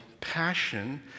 passion